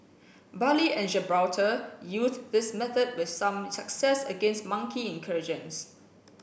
Bali and Gibraltar used this method with some success against monkey incursions